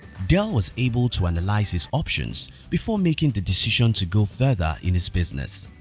dell was able to analyze his options before making the decision to go further in his business.